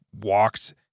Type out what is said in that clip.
walked